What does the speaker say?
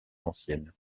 ancienne